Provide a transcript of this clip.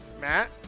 Matt